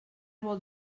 vol